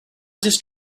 just